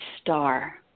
star